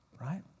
Right